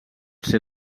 ser